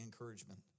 encouragement